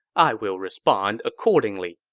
i will respond accordingly.